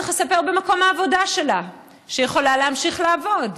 צריך לספר במקום העבודה שלה שהיא יכולה להמשיך לעבוד,